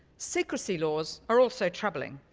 secrecy laws are also troubling.